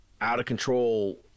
out-of-control